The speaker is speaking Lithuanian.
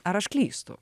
ar aš klystu